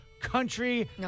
country